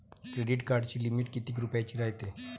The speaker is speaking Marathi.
क्रेडिट कार्डाची लिमिट कितीक रुपयाची रायते?